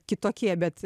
kitokie bet